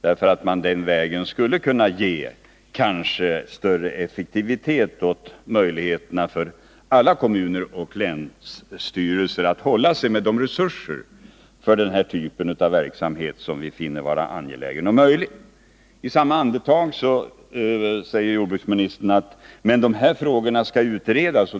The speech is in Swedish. Vi har gjort det därför att man den vägen kanske skulle kunna ge alla kommuner och länsstyrelser större möjligheter att hålla sig med de resurser för den här typen av verksamhet som vi finner vara möjliga och angelägna. I samma andetag säger jordbruksministern att den här frågan skall utredas.